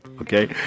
Okay